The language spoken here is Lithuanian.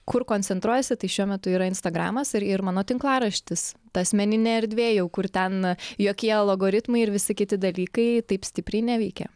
kur koncentruojasi tai šiuo metu yra instagramas ir ir mano tinklaraštis ta asmeninė erdvė jau kur ten jokie logoritmai ir visi kiti dalykai taip stipriai neveikia